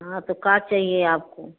हाँ तो क्या चाहिए आपको